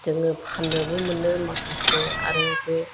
जोङो फाननोबो मोनो माखासे आरो बे